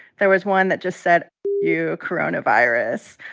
there was one that just said, you, coronavirus.